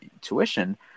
tuition